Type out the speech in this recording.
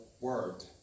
Word